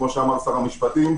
כפי שאמר שר המשפטים,